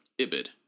ibid